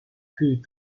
fut